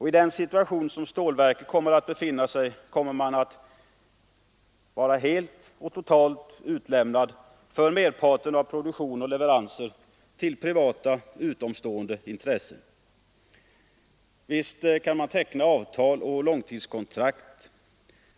I den situation som stålverket kommer att befinna sig i blir man för merparten av produktionen och leveranserna helt och fullt utlämnad till privata, utomstående intressen. Visst kan man teckna avtal och långtidskontrakt.